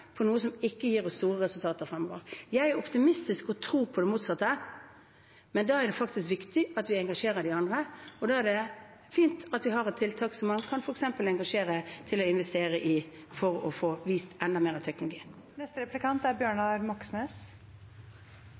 på noe som ikke gir oss store resultater fremover. Jeg er optimistisk og tror på det motsatte, men da er det faktisk viktig at vi engasjerer de andre. Da er det fint at vi har et tiltak som man f.eks. kan engasjere til å investere i, for å få vist enda mer av